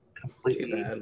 completely